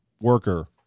worker